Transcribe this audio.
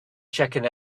checking